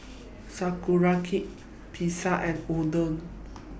Sauerkraut Pizza and Oden